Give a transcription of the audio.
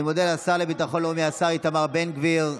אני מודה לשר לביטחון לאומי, השר איתמר בן גביר.